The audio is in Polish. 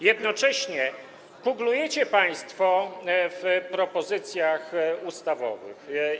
Jednocześnie kuglujecie państwo w propozycjach ustawowych.